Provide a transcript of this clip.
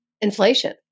inflation